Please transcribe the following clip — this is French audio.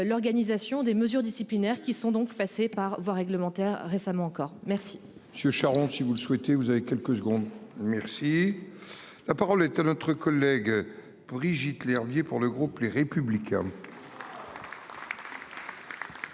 l'organisation des mesures disciplinaires, qui sont donc passés par voie réglementaire, récemment encore, merci.